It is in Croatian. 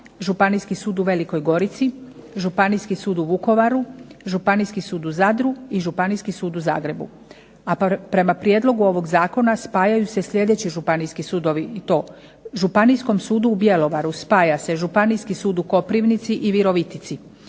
Županijski sud u Velikoj Gorici, Županijski sud u Vukovaru, Županijski sud u Zadru i Županijski sud u Zagrebu. A prema prijedlogu ovog Zakona spajaju se sljedeći županijski sudovi i to: Županijskom sudu u Bjelovaru spaja se Županijski sud u Koprivnici i Virovitici,